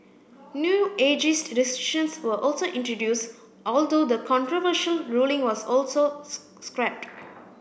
new ageist restrictions were also introduced although the controversial ruling was also scrapped